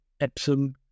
Epsom